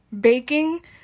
baking